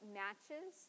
matches